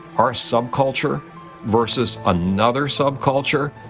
our subculture versus another subculture,